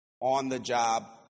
on-the-job